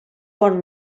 bon